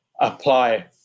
apply